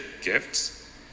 gifts